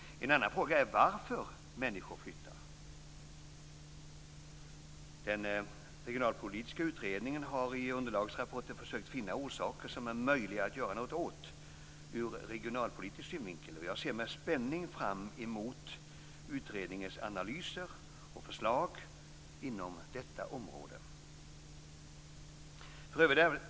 En annan fråga är varför människor flyttar. Den regionalpolitiska utredningen har i underlagsrapporter försökt finna orsaker som det är möjligt att göra något åt ur regionalpolitisk synvinkel. Jag ser med spänning fram emot utredningens analyser och förslag inom detta område.